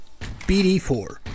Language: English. BD4